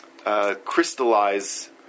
Crystallize